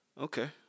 Okay